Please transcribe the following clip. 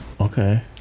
okay